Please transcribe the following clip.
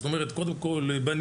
זאת אומרת קודם כל בנינו